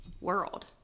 world